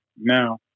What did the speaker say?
now